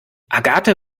agathe